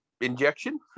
injection